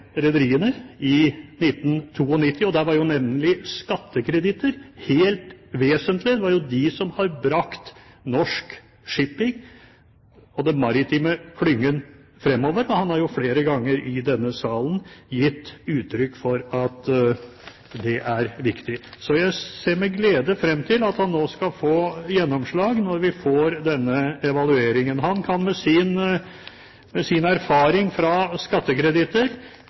rederiene i 1992, og der var jo nevnelig skattekreditter helt vesentlig. Det er jo de som har brakt norsk shipping og den maritime klyngen fremover. Han har flere ganger i denne salen gitt uttrykk for at det er riktig. Så jeg ser med glede frem til at han nå skal få gjennomslag, når vi får denne evalueringen. Han kan med sin erfaring fra skattekreditter